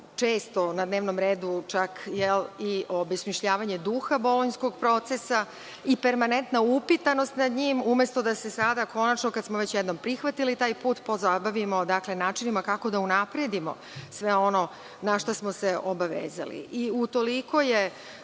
često na dnevnom redu čak i obesmišljavanje duha Bolonjskog procesa i permanentna upitanost nad njim, umesto da se sada konačno kada smo prihvatili taj put, pozabavimo načinima kako da unapredimo sve ono na šta smo se obavezali. Utoliko